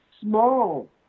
small